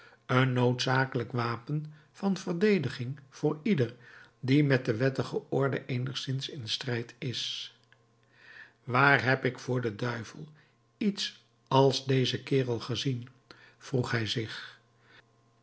een noodzakelijk wapen van verdediging voor ieder die met de wettige orde eenigszins in strijd is waar heb ik voor den duivel iets als dezen kerel gezien vroeg hij zich